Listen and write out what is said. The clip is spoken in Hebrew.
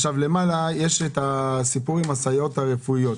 למעלה יש הסיפור עם הסייעות הרפואיות.